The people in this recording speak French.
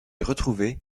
retrouvé